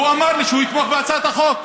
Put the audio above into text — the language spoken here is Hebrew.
והוא אמר לי שהוא יתמוך בהצעת החוק.